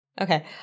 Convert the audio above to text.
Okay